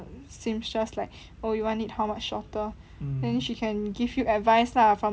seamstress like oh you want it how much shorter then she can give you advice lah from a